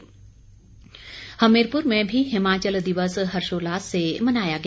हमीरपुर दिवस हमीरपुर में भी हिमाचल दिवस हर्षोल्लास से मनाया गया